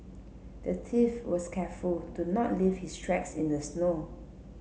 the thief was careful to not leave his tracks in the snow